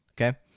okay